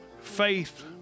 faith